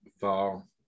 fall